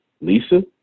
Lisa